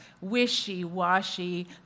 wishy-washy